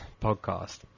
podcast